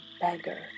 beggar